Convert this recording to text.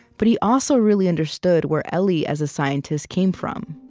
but he also really understood where ellie as a scientist came from.